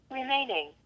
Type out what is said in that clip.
remaining